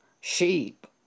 sheep